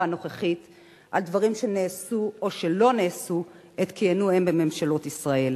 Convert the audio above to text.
הנוכחית על דברים שנעשו או שלא נעשו עת כיהנו הם בממשלות ישראל.